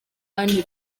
anne